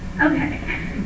Okay